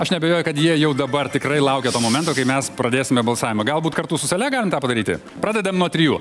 aš neabejoju kad jie jau dabar tikrai laukia to momento kai mes pradėsime balsavimą galbūt kartu su sale galim tą padaryti pradedam nuo trijų